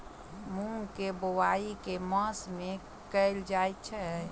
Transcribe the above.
मूँग केँ बोवाई केँ मास मे कैल जाएँ छैय?